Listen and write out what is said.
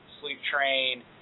sleep-train